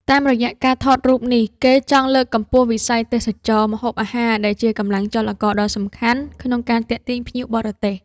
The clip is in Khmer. តាមរយៈការថតរូបនេះ គេចង់លើកកម្ពស់វិស័យទេសចរណ៍ម្ហូបអាហារ ដែលជាកម្លាំងចលករដ៏សំខាន់ក្នុងការទាក់ទាញភ្ញៀវបរទេស។